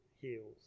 heals